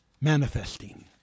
manifesting